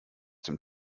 dem